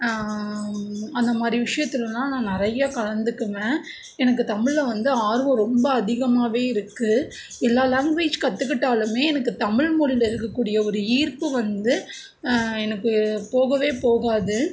அந்தமாதிரி விஷயத்துலலாம் நான் நிறையா கலந்துக்குவேன் எனக்கு தமிழில் வந்து ஆர்வம் ரொம்ப அதிகமாகவே இருக்குது எல்லா லாங்வேஜ் கற்றுக்கிட்டாலுமே எனக்கு தமிழ்மொழியில் இருக்கக்கூடிய ஒரு ஈர்ப்பு வந்து எனக்கு போகவே போகாது